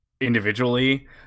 individually